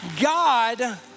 God